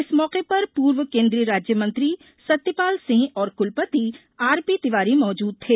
इस मौके पर पूर्व केंद्रीय राज्य मंत्री सत्यपाल सिंह और कुलपति आर पी तिवारी मौजूद थे